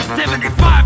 $75